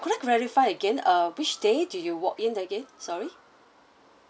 could I verify again uh which day do you walk in again sorry